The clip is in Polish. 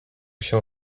się